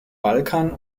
balkan